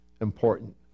important